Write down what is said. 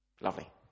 Lovely